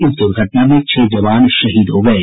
इस दुर्घटना में छह जवान शहीद हो गये